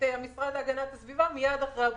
המשרד להגנת הסביבה מיד אחרי הבחירות.